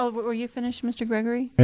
ah but were you finished, mr. gregory? ok.